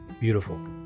beautiful